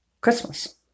Christmas